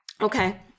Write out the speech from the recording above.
Okay